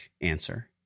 answer